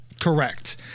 Correct